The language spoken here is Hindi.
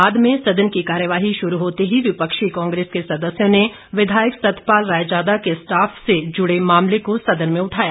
बाद में सदन की कार्यवाही शुरू होते ही विपक्षी कांग्रेस के सदस्यों ने विधायक सतपाल रायजादा के स्टाफ से जुड़े मामले को सदन में उठाया